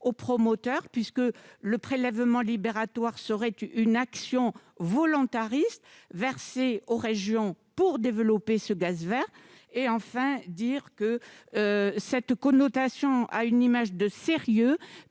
aux promoteurs, puisque le prélèvement libératoire serait une action volontariste versée aux régions pour développer ce gaz vert. Enfin, notre proposition est sérieuse,